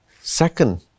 Second